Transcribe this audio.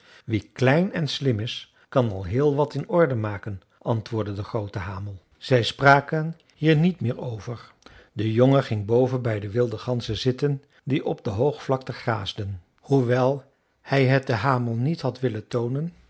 wie klein en slim is kan al heel wat in orde maken antwoordde de groote hamel zij spraken hier niet meer over de jongen ging boven bij de wilde ganzen zitten die op de hoogvlakte graasden hoewel hij het den hamel niet had willen toonen